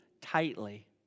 tightly